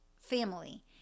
family